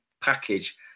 package